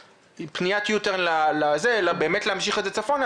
פניית פרסה אלא באמת להמשיך את זה צפונה,